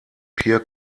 peer